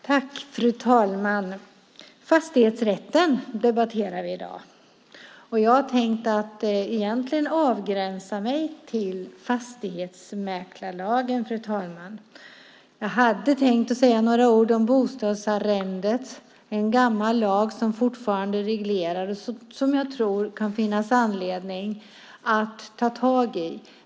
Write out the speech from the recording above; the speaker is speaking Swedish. Fru talman! Vi debatterar fastighetsrätten i dag. Jag hade egentligen tänkt avgränsa mig till fastighetsmäklarlagen. Jag hade tänkt säga några ord om bostadsarrendet. Det är en gammal lag som fortfarande reglerar detta och som jag tror att det kan finnas anledning att ta tag i.